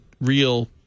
real